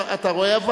אתה רואה,